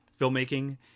filmmaking